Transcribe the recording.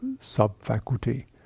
sub-faculty